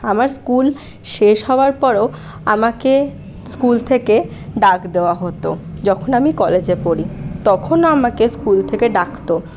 আমার স্কুল শেষ হওয়ার পরও আমাকে স্কুল থেকে ডাক দেওয়া হত যখন আমি কলেজে পড়ি তখনও আমাকে স্কুল থেকে ডাকত